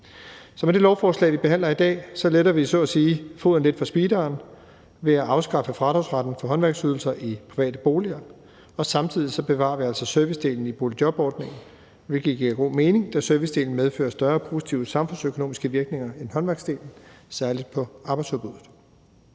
Så med det lovforslag, vi behandler i dag, letter vi så at sige foden lidt på speederen ved at afskaffe fradragsretten for håndværksydelser i private boliger. Samtidig bevarer vi altså servicedelen i boligjobordningen, hvilket giver god mening, da servicedelen medfører større positive samfundsøkonomiske virkninger end håndværksdelen, særligt på arbejdsudbuddet.